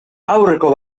aurreko